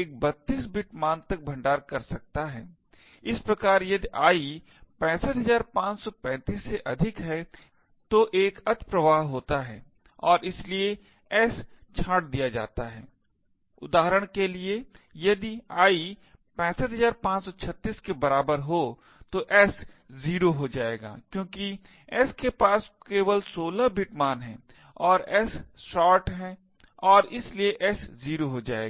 एक 32 बिट मान तक भण्डार कर सकता है इस प्रकार यदि i 65535 से अधिक है तो एक अतिप्रवाह होता है और इसलिए s छांट दिया जाता है उदाहरण के लिए यदि i 65536 के बराबर हो तो s 0 हो जाएगा क्योंकि s के पास केवल 16 बिट मान है और s शोर्ट है और इसलिए s 0 हो जाएगा